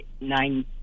nine